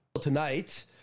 tonight